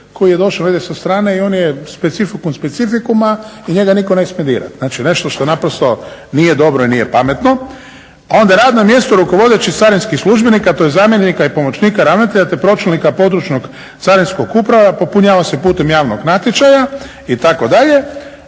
koji je došao negdje sa strane i on je specifikum specifikuma i njega nitko ne smije dirat. Znači nešto što naprosto nije dobro i nije pametno. A onda radno mjesto rukovodećih carinskih službenika, tj. zamjenika i pomoćnika ravnatelja te pročelnika područnog carinskog uprava popunjava se putem javnog natječaja itd.